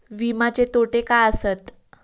विमाचे तोटे काय आसत?